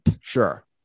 sure